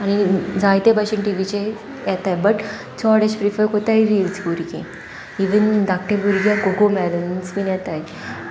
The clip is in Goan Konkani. आनी जायते भाशेन टिवीचे येताय बट चड एशें प्रिफर कोत्ताय रिल्स भुरगे इवन धाकटे भुरगे कोको मॅलन्स बीन येताय